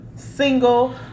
single